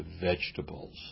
vegetables